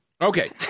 Okay